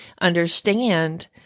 understand